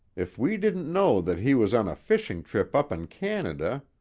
if we didn't know that he was on a fishing trip up in canada